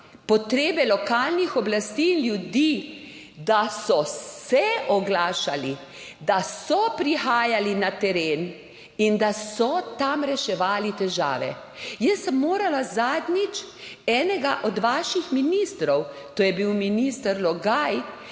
potrebe lokalnih oblasti, ljudi, da so se oglašali, da so prihajali na teren in da so tam reševali težave. Jaz sem morala zadnjič enega od vaših ministrov, to je bil minister Logaj,